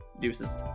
Deuces